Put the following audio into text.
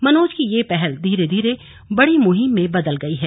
मनोज की यह पहल धीरे धीरे बड़ी मुहिम में बदल गई है